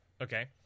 Okay